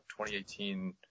2018